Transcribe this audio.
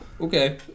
Okay